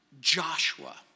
Joshua